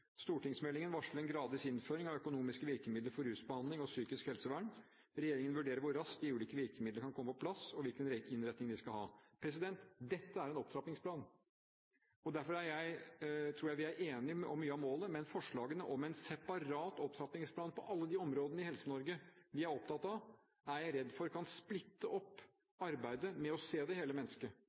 Stortingsmeldingen varsler en gradvis innføring av økonomiske virkemidler for rusbehandling og psykisk helsevern. Regjeringen vurderer hvor raskt de ulike virkemidlene kan komme på plass, og hvilken innretning de skal ha. Dette er en opptrappingsplan. Derfor tror jeg vi er enige om mye av målet, men forslagene om en separat opptrappingsplan på alle de områdene vi er opptatt av i Helse-Norge, er jeg redd kan splitte opp arbeidet med å se det hele mennesket,